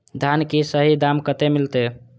धान की सही दाम कते मिलते?